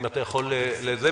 אם אתה יכול להתייחס,